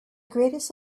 greatest